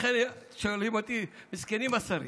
לכן אם שואלים אותי, מסכנים השרים.